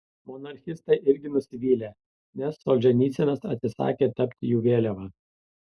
monarchistai irgi nusivylę nes solženicynas atsisakė tapti jų vėliava